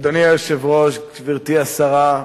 אדוני היושב-ראש, גברתי השרה,